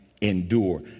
endure